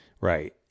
Right